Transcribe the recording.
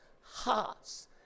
hearts